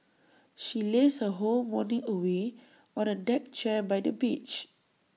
she lazed her whole morning away on A deck chair by the beach